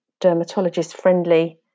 dermatologist-friendly